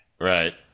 Right